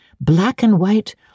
black-and-white